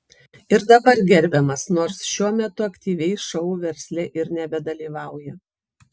ir dabar gerbiamas nors šiuo metu aktyviai šou versle ir nebedalyvauja